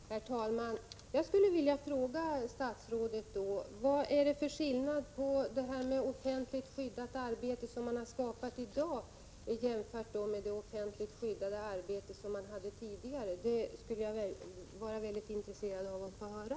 Herr talman! Jag skulle vilja fråga statsrådet: Vad är det då för skillnad mellan det offentligt skyddade arbete som man har skapat i dag och det offentligt skyddade arbete som man hade tidigare? Det skulle jag vara mycket intresserad av att få höra.